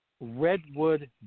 Redwood